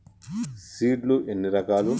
Seed లు ఎన్ని రకాలు?